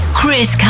chris